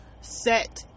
set